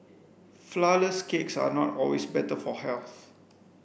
flourless cakes are not always better for health